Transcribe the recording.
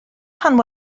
pan